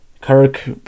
Kirk